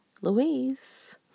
Louise